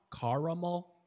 caramel